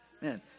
Man